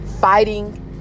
Fighting